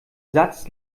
satz